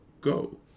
go